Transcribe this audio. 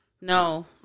No